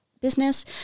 Business